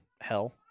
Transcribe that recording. hell